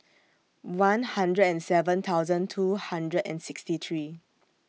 one hundred and seven thousand two hundred and sixty three